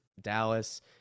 Dallas